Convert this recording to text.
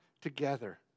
together